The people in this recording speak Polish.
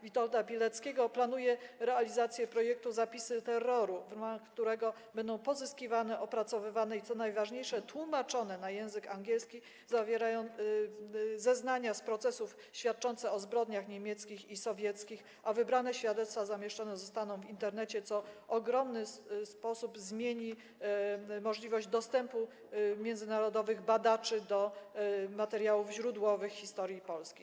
Witolda Pileckiego planuje realizację projektu „Zapisy terroru”, w ramach którego będą pozyskiwane, opracowywane i, co najważniejsze, tłumaczone na język angielski zeznania z procesów świadczące o zbrodniach niemieckich i sowieckich, a wybrane świadectwa zamieszczone zostaną w Internecie, co w ogromny sposób zmieni możliwość dostępu międzynarodowych badaczy do materiałów źródłowych historii Polski.